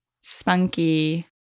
spunky